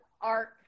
art